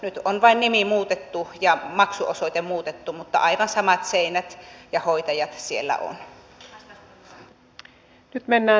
nyt on vain nimi ja maksuosoite muutettu mutta aivan samat seinät ja hoitajat siellä on